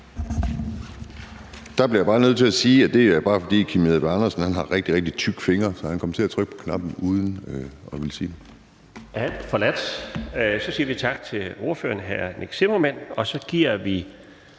Jeg bliver bare nødt til at sige, at hr. Kim Edberg Andersen har rigtig tykke fingre, så han kom til at trykke på knappen uden at ville sige